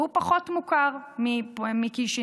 והוא פחות מוכר מקישינב,